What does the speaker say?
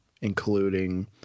including